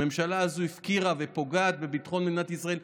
הממשלה הזאת הפקירה ופוגעת בביטחון מדינת ישראל,